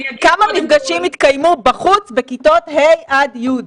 כמה מפגשים התקיימו בחוץ בכיתות ה' עד י'?